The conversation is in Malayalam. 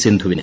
സിന്ധുവിന്